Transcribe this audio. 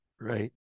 right